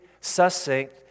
succinct